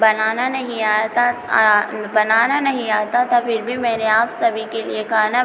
बनाना नहीं आता बनाना नहीं आता था फिर भी मैंने आप सभी के लिए खाना